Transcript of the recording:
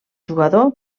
jugador